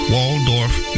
Waldorf